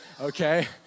Okay